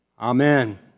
Amen